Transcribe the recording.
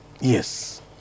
Yes